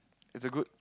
is a good